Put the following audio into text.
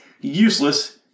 useless